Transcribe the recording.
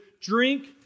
drink